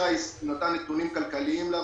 ושי נתן נתונים כלכליים להבנתי.